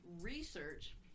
research